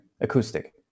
acoustic